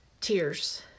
tears